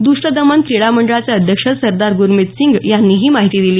द्रष्ट दमन क्रीडा मंडळाचे अध्यक्ष सरदार गुरमीत सिंघ यांनी ही माहिती दिली